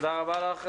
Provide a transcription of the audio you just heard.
תודה רבה לך,